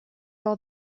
all